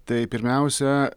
tai pirmiausia